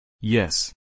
Yes